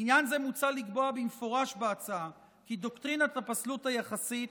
לעניין זה מוצע לקבוע במפורש בהצעה כי דוקטרינת הפסלות היחסית